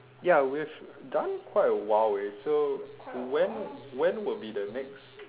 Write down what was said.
ya we've done quite a while eh so when when would be the next